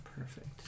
Perfect